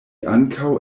ankaŭ